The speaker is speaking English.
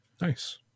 Nice